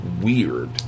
weird